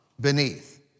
beneath